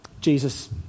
Jesus